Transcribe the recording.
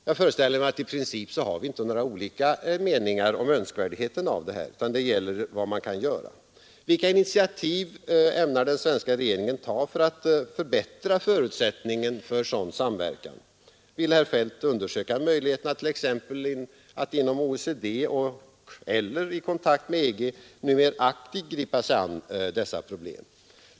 Jag föreställer mig att vi i princip inte har olika meningar om önskvärdheten av samarbete, utan det gäller att undersöka vad man kan göra. Vilka initiativ ämnar den svenska regeringen ta för att förbättra förutsättningarna för sådan samverkan? Vill herr Feldt undersöka möjligheterna att t.ex. inom OECD och/eller i kontakt med EG nu mer aktivt gripa sig an dessa problem?